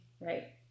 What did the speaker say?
Right